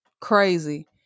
crazy